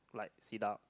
like sit up